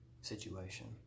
situation